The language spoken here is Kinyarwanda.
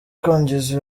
kwangiza